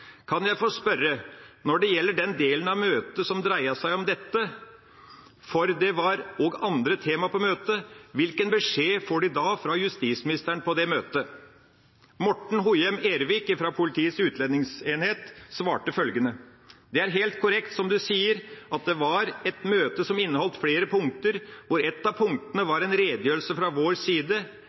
få spørje: Når det gjeld den delen av møtet som dreia seg om dette, for det var òg andre tema på møtet, kva beskjed får de då fra justisministeren på det møtet?» Morten Hojem Ervik fra Politiets utlendingsenhet svarte følgende: «Det er helt korrekt, som du sier, at det var et møte som inneholdt flere punkter, hvor et av punktene var en redegjørelse fra vår side